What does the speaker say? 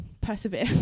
persevere